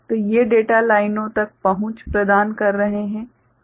तो ये डेटा लाइनों तक पहुँच प्रदान कर रहे हैं ठीक है